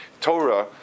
Torah